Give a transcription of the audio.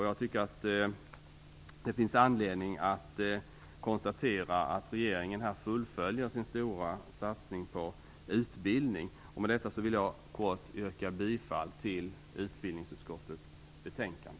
Jag tycker att det finns anledning att konstatera att regeringen fullföljer sin stora satsning på utbildning. Därmed vill jag yrka bifall till hemställan i utbildningsutskottets betänkande.